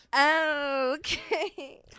Okay